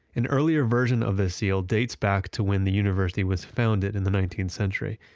an earlier version of this seal dates back to when the university was founded in the nineteenth century.